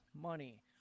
Money